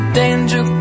danger